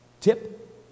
tip